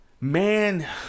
man